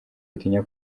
utinya